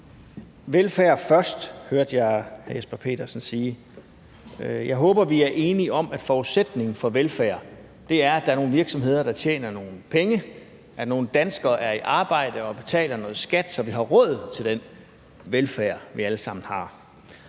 jeg Jesper Petersen sige. Jeg håber, at vi er enige om, at forudsætningen for velfærd er, at der er nogle virksomheder, der tjener nogle penge, at nogle danskere er i arbejde og betaler noget skat, så vi har råd til den velfærd, vi alle